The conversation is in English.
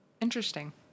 Interesting